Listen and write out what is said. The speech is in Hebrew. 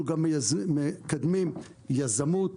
אנחנו גם מקדמים יזמות